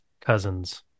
Cousins